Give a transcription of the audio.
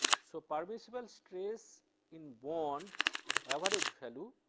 so permissible stress in bond average value,